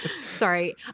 sorry